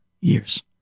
years